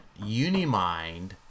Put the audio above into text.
Unimind